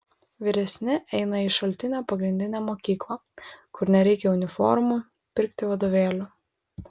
vyresni eina į šaltinio pagrindinę mokyklą kur nereikia uniformų pirkti vadovėlių